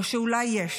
או שאולי יש.